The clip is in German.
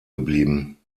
geblieben